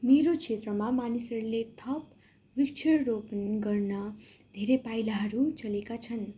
मेरो क्षेत्रमा मानिसहरूले थप वृक्षरोपण गर्न धेरै पाइलाहरू चालेका छन्